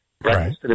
Right